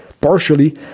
partially